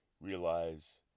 realize